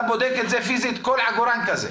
אתה בודק פיזית כל עגורן כזה?